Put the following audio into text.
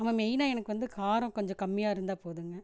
ஆமாம் மெயினாக எனக்கு வந்து காரம் கொஞ்சம் கம்மியாக இருந்தால் போதுங்க